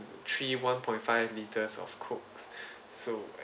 three one point five litres of coke so